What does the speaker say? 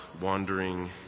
wandering